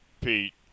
Pete